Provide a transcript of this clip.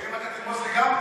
אם אתה תקרוץ לי גם?